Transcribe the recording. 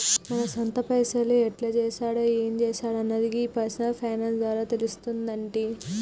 మన సొంత పైసలు ఎట్ల చేసుడు ఎం జేసుడు అన్నది గీ పర్సనల్ ఫైనాన్స్ ద్వారా తెలుస్తుందంటి